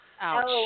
Ouch